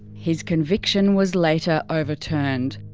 his conviction was later overturned.